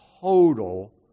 Total